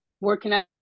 working